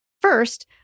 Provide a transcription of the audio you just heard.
first